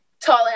Tall